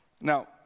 Now